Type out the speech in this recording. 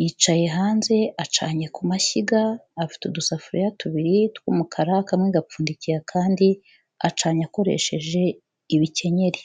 yicaye hanze acanye ku mashyiga, afite udusafuriya tubiri tw'umukara kamwe gapfundikiye akandi, acanye akoresheje ibikenyeri.